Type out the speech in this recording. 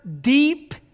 deep